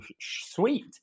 sweet